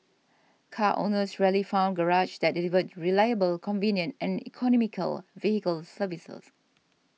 car owners rarely found garages that delivered reliable convenient and economical vehicle services